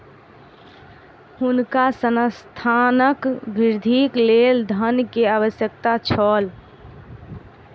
हुनका संस्थानक वृद्धिक लेल धन के आवश्यकता छल